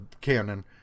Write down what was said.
cannon